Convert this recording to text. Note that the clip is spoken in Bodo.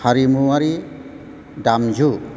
हारिमुवारि दामजु